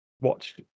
watch